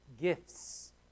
Gifts